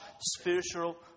spiritual